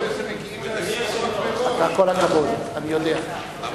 כל הכבוד, אני יודע.